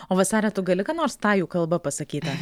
o vasare tu gali ką nors tajų kalba pasakyta